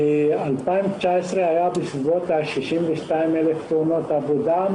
ב-2019 היו בסביבות 62,000 תאונות עבודה,